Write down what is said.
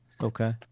Okay